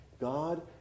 God